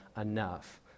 enough